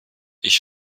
ich